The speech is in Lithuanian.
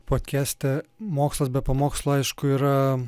podkeste mokslas be pamokslų aišku yra